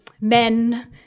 men